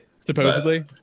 supposedly